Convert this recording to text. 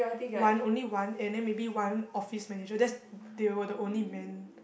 one only one and then maybe one office manager that's they were the only men